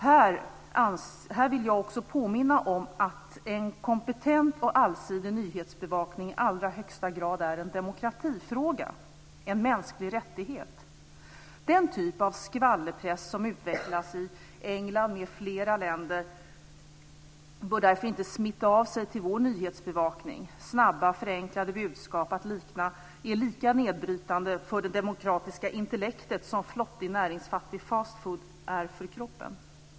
Här vill jag också påminna om att en kompetent och allsidig nyhetsbevakning i allra högsta grad är en demokratifråga, en mänsklig rättighet. Den typ av skvallerpress som utvecklas i England m.fl. länder bör därför inte smitta av sig till vår nyhetsbevakning. Snabba, förenklade budskap är lika nedbrytande för det demokratiska intellektet som flottig, näringsfattig fast food är för kroppen.